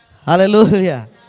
Hallelujah